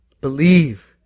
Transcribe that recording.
Believe